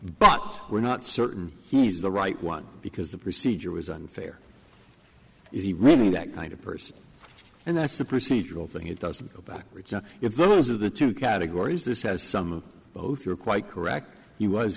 but we're not certain he's the right one because the procedure was unfair is he really that kind of person and that's a procedural thing it doesn't go backwards if those are the two categories this has some of both you're quite correct he was